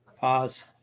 Pause